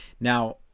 now